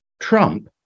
Trump